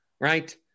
right